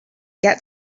get